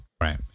right